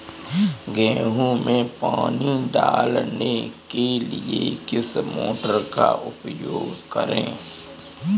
गेहूँ में पानी डालने के लिए किस मोटर का उपयोग करें?